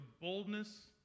boldness